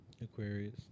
Aquarius